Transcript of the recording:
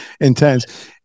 intense